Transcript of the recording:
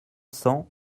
cents